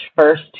first